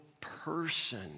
person